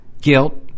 guilt